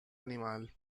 animal